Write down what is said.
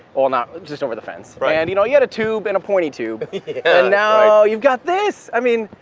well not, just over the fence, yeah and you know you got a tube and a pointy tube, but and now you've got this! i mean,